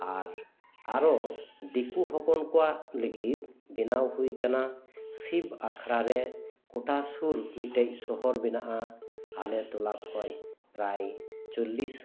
ᱟᱨ ᱟᱨᱚ ᱫᱤᱠᱩ ᱦᱚᱯᱚᱱ ᱠᱚᱣᱟᱜ ᱞᱟᱹᱜᱤᱫ ᱵᱮᱱᱟᱣ ᱦᱳᱭ ᱟᱠᱟᱱᱟ ᱥᱤᱵᱽ ᱟᱠᱷᱟᱲᱟ ᱨᱮ ᱠᱚᱴᱟ ᱥᱩᱨ ᱢᱤᱫ ᱴᱮᱱ ᱥᱚᱦᱚᱨ ᱢᱮᱱᱟᱜᱼᱟ ᱟᱞᱮ ᱴᱚᱞᱟ ᱠᱷᱚᱱ ᱯᱨᱟᱭ ᱪᱚᱞᱞᱤᱥ